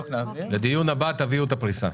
לדיון הבא תביאו את הפריסה.